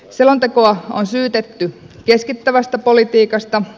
selontekoa on syytetty keskittävästä politiikasta